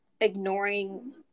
ignoring